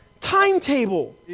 timetable